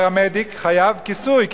הפרמדיק חייב כיסוי,